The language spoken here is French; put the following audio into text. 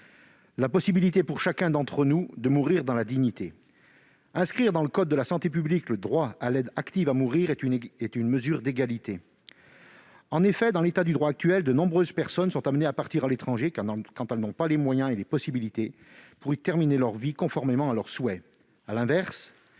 la possibilité pour chacun d'entre nous de mourir dans la dignité. Inscrire dans le code de la santé publique le droit à l'aide active à mourir est une mesure d'égalité. En effet, en l'état actuel du droit, de nombreuses personnes sont amenées à partir à l'étranger, quand elles en ont les moyens et la possibilité, pour y terminer leur vie conformément à leurs souhaits. À l'inverse,